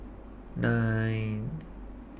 nine